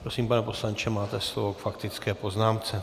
Prosím, pane poslanče, máte slovo k faktické poznámce.